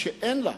מה שאין לה,